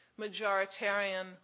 majoritarian